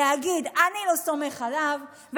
להגיד: אני לא סומך עליו,